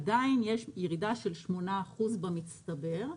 עדיין יש ירידה של 8% במצטבר,